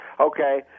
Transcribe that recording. Okay